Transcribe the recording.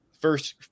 first